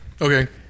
Okay